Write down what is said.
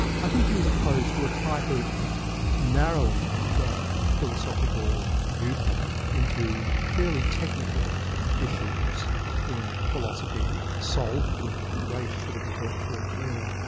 i think he was opposed to a type of narrowing of the philosophical viewpoint into fairly technical issues in philosophy, solved with great sort of intellectual flair